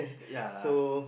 ya